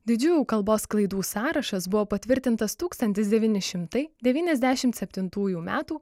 didžiųjų kalbos klaidų sąrašas buvo patvirtintas tūkstantis devyni šimtai devyniasdešimt septintųjų metų